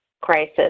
crisis